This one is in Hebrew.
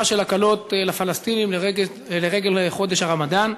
של הקלות לפלסטינים לרגל חודש הרמדאן.